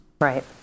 Right